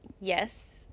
Yes